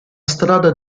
strada